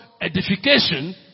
edification